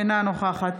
אינה נוכחת